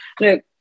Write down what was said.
look